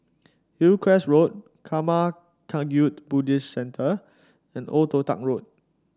Hillcrest Road Karma Kagyud Buddhist Centre and Old Toh Tuck Road